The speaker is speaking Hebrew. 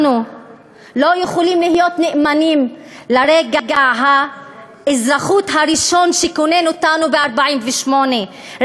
אנחנו לא יכולים להיות נאמנים לרגע האזרחות הראשון שכונן אותנו ב-1948,